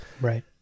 Right